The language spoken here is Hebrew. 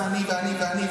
ואני ואני ואני,